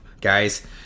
Guys